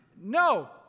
No